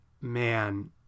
man